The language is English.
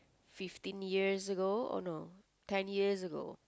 fifteen years ago oh no ten years ago